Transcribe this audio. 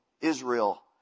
Israel